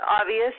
Obvious